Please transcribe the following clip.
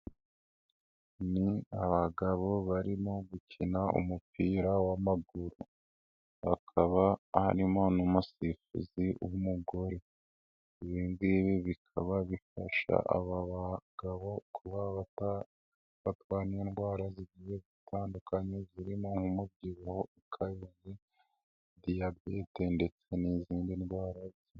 Ni abagabo barimo gukina umupira w'amaguru bakaba harimo n'umusifuzi w'umugore, ibi ngibi bikaba bifasha aba bagabo kuba batarwara zigiye zitandukanye zirimo umubyibuho ukabije diyabete ndetse n'izindi ndwara.